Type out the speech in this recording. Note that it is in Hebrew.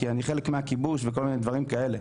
כי אני חלק מהכיבוש וכל מיני דברים כאלה,